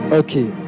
okay